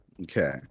okay